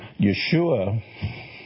Yeshua